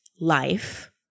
life